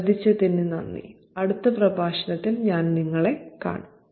ശ്രദ്ധിച്ചതിന് നന്ദി അടുത്ത പ്രഭാഷണത്തിൽ ഞാൻ നിങ്ങളെ കാണും